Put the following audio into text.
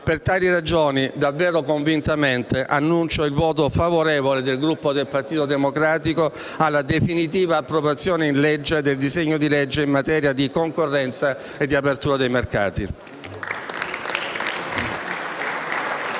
Per tali ragioni, davvero convintamente, annuncio il voto favorevole del Gruppo del Partito Democratico alla definitiva approvazione del disegno di legge in materia di concorrenza e di apertura dei mercati.